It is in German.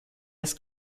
das